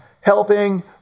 helping